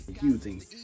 Using